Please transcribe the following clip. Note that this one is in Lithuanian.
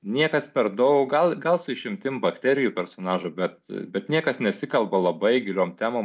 niekas per daug gal gal su išimtim bakterijų personažų bet bet niekas nesikalba labai giliom temom